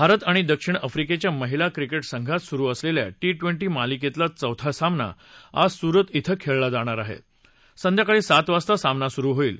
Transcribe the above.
भारत आणि दक्षिण आफ्रीक्ख्या महिला क्रिकटी संघात सुरु असलघ्ये टी ट्वेंटी मालिक्तिला चौथा सामना आज सुरत धिं खळला जाणार आह झिंध्याकाळी सात वाजता सामना सुरु होईल